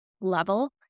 level